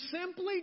simply